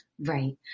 Right